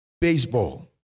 baseball